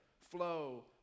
flow